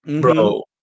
bro